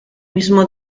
mismo